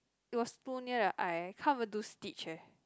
it was too near the I can't even do stitch eh